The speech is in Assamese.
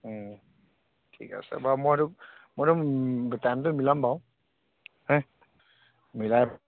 অঁ ঠিক আছে বাৰু মই সেইটো মই সেইটো টাইমটো মিলাম বাৰু হে মিলাই